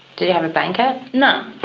did you have a blanket? no.